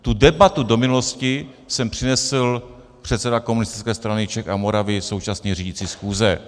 Tu debatu do minulosti sem přinesl předseda Komunistické strany Čech a Moravy, současně řídící schůze.